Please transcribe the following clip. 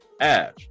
Ash